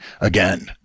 again